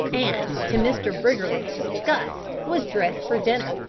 and, to mr. briggerland's disgust, was dressed for dinner,